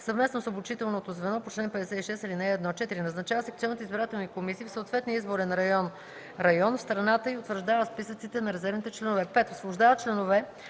съвместно с обучителното звено по чл. 56, ал. 1; 4. назначава секционните избирателни комисии в съответния изборен район (район) в страната и утвърждава списъците на резервните членове; 5. освобождава членове